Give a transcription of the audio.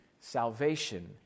salvation